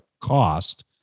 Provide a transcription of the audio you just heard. cost